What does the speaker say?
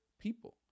people